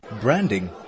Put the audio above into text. Branding